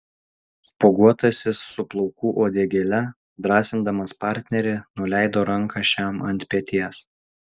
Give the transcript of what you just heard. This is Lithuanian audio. spuoguotasis su plaukų uodegėle drąsindamas partnerį nuleido ranką šiam ant peties